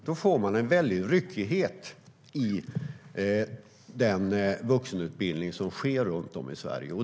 Då får man en ryckighet i den vuxenutbildning som sker runt om i Sverige.